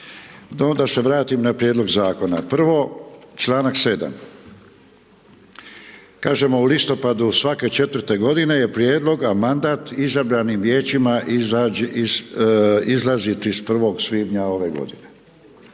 da se vratim na prijedlog zakona, prvo članak 7. Kažemo u listopadu svake 4.-te godine je prijedlog a mandat izabranim vijećima izlazi 31. svibnja ove godine.